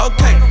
Okay